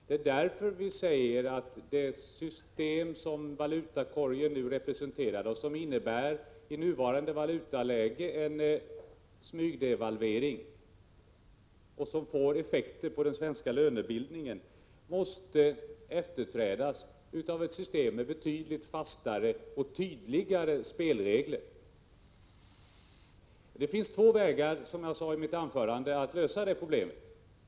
Det är därför vi säger att det system som valutakorgen nu representerar och som i nuvarande valutaläge innebär en smygdevalvering — som får effekter på den svenska lönebildningen — måste efterträdas av ett system med betydligt fastare och tydligare spelregler. Det finns två vägar, som jag sade i mitt anförande, att lösa det problemet.